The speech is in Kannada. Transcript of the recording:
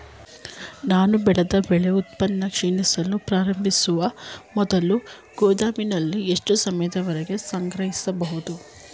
ನಾನು ಬೆಳೆದ ಬೆಳೆ ಉತ್ಪನ್ನ ಕ್ಷೀಣಿಸಲು ಪ್ರಾರಂಭಿಸುವ ಮೊದಲು ಗೋದಾಮಿನಲ್ಲಿ ಎಷ್ಟು ಸಮಯದವರೆಗೆ ಸಂಗ್ರಹಿಸಬಹುದು?